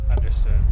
understood